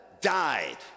died